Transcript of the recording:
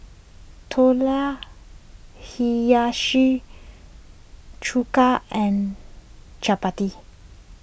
Tortillas Hiyashi Chuka and Chapati